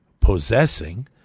possessing